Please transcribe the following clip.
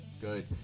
Good